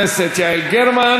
זכויות),